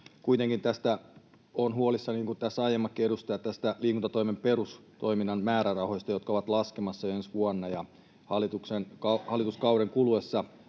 Kuitenkin olen huolissani, niin kuin tässä aiemmatkin edustajat, liikuntatoimen perustoiminnan määrärahoista, jotka ovat laskemassa jo ensi vuonna ja hallituskauden kuluessa